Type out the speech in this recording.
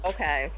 Okay